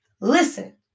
Listen